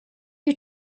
you